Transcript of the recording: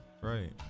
Right